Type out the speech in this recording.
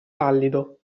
pallido